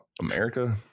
America